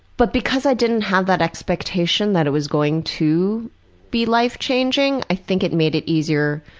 but because i didn't have that expectation that it was going to be life-changing, i think it made it easier